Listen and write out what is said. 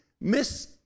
miss